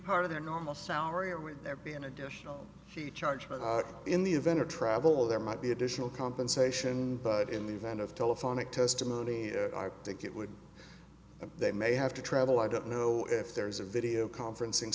part of their normal salary or would there be an additional fee charge in the event or travel there might be additional compensation but in the event of telephonic testimony i think it would and they may have to travel i don't know if there is a video conferencing